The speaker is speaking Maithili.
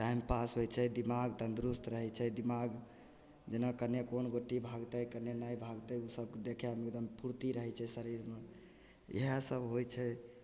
टाइम पास होइ छै दिमाग तन्दुरुस्त रहय छै दिमाग जेना केने कोन गोटी भागतय केने नहि भागतय उ सबके देखयमे एकदम फुर्ती रहय छै शरीरमे इएह सब होइ छै